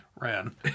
Ran